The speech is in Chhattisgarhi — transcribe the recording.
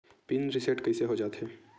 पिन रिसेट कइसे हो जाथे?